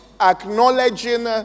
acknowledging